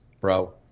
bro